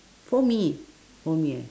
for me for me ah